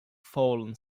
fallen